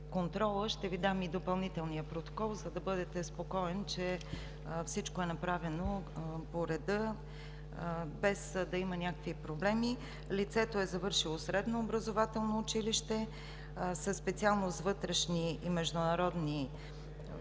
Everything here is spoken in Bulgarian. ще Ви дам и допълнителния протокол, за да бъдете спокоен, че всичко е направено по реда, без да има някакви проблеми. Лицето е завършило средно образователно училище със специалност „Вътрешни и международни превози